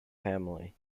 family